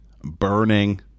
burning